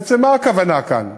בעצם, מה הכוונה כאן?